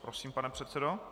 Prosím, pane předsedo.